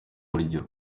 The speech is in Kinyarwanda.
buryo